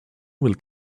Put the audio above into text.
will